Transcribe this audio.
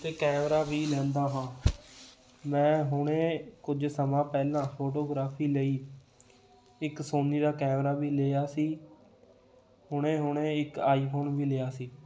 ਅਤੇ ਕੈਮਰਾ ਵੀ ਲੈਂਦਾ ਹਾਂ ਮੈਂ ਹੁਣੇ ਕੁਝ ਸਮਾਂ ਪਹਿਲਾਂ ਫੋਟੋਗ੍ਰਾਫੀ ਲਈ ਇੱਕ ਸੋਨੀ ਦਾ ਕੈਮਰਾ ਵੀ ਲਿਆ ਸੀ ਹੁਣੇ ਹੁਣੇ ਇੱਕ ਆਈਫੋਨ ਵੀ ਲਿਆ ਸੀ